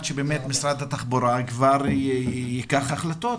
שבאמת משרד התחבורה כבר ייקח החלטות